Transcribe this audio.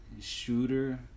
shooter